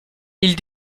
ils